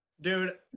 Dude